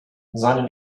seinen